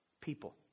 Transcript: people